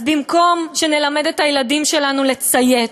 אז במקום שנלמד את הילדים שלנו לציית,